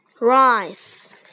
rice